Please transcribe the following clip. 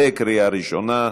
בקריאה ראשונה.